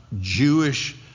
Jewish